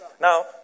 Now